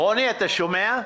רוני, אתה שומע?